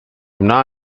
wna